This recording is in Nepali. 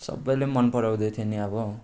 सबैले मनपराउँदै थियो नि अब